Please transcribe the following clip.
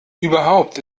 überhaupt